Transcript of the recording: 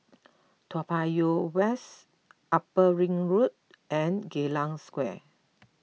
Toa Payoh West Upper Ring Road and Geylang Square